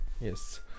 yes